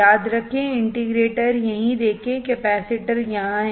याद रखें इंटीग्रेटर यहीं देखें कैपेसिटर यहाँ है